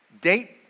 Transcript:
date